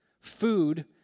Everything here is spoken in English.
food